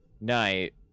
night